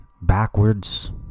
backwards